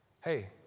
hey